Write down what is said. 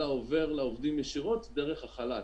אלא עובר לעובדים ישירות דרך החל"ת,